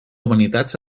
humanitats